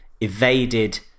evaded